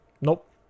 Nope